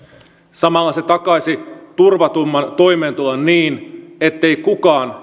samalla se takaisi turvatumman toimeentulon niin ettei kukaan